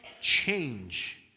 change